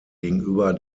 gegenüber